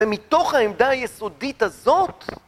ומתוך העמדה היסודית הזאת...